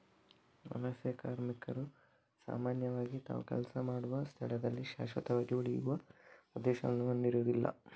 ವಲಸೆ ಕಾರ್ಮಿಕರು ಸಾಮಾನ್ಯವಾಗಿ ತಾವು ಕೆಲಸ ಮಾಡುವ ಸ್ಥಳದಲ್ಲಿ ಶಾಶ್ವತವಾಗಿ ಉಳಿಯುವ ಉದ್ದೇಶವನ್ನು ಹೊಂದಿರುದಿಲ್ಲ